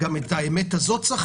גם את האמת הזאת צריך